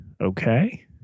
okay